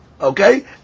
Okay